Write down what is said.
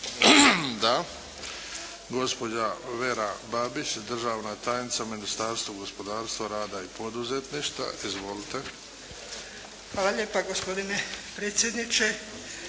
Da. Gospođa Vera Babić državna tajnica u Ministarstva gospodarstva, rada i poduzetništva. Izvolite. **Babić, Vera** Hvala lijepa. Gospodine predsjedniče,